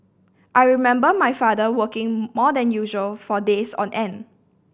I remember my father working more than usual for days on end